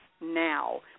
now